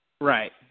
Right